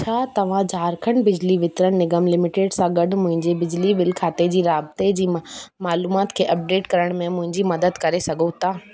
छा तव्हां झारखंड बिजली वितरण निगम लिमिटेड सां गॾु मुंहिंजे बिजली बिल खाते जी राबते जी मालूमात खे अपडेट करण में मुंहिंजी मदद करे सघो था